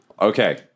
Okay